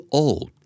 old